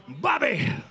Bobby